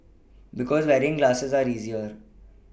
because wearing glasses are easier